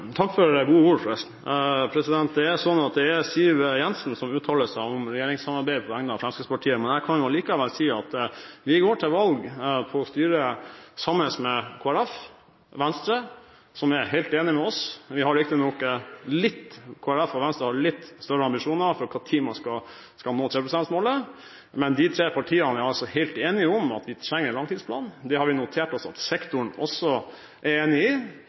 Takk for gode ord. Det er Siv Jensen som uttaler seg om regjeringssamarbeidet på vegne av Fremskrittspartiet, men jeg kan allikevel si at vi går til valg på å styre sammen med Kristelig Folkeparti og Venstre, som er helt enige med oss. Kristelig Folkeparti og Venstre har riktig nok litt større ambisjoner for når man skal nå 3 pst.-målet, men de tre partiene er helt enige om at vi trenger en langtidsplan. Det har vi notert oss at sektoren også er enig i.